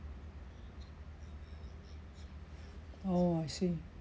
oh I see